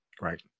Right